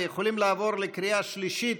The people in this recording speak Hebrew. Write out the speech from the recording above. ויכולים לעבור לקריאה שלישית.